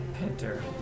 pinter